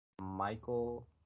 Michael